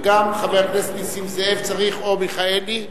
וגם חבר הכנסת נסים זאב או מיכאלי,